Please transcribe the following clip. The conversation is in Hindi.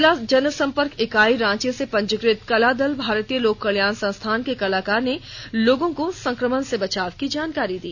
जिला जनसंपर्क इकाई रांची से पंजीकृत कला दल भारतीय लोक कल्याण संस्थान के कलाकार ने लोगों को संक्रमण से बचाव की जानकारी दी